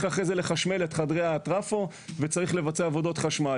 אחרי זה לחשמל את חדרי הטרפו וצריך לבצע עבודות חשמל.